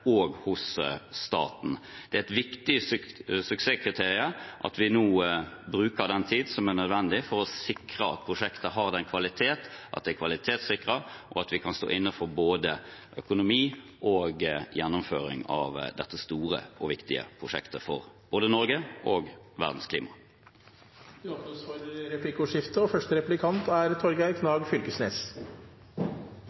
og hos staten. Det er et viktig suksesskriterium at vi nå bruker den tiden som er nødvendig for å sikre at prosjektet har den kvalitet at det er kvalitetssikret, og at vi kan stå inne for både økonomi og gjennomføring av dette store og viktige prosjektet for både Norge og verdensklimaet. Det blir replikkordskifte.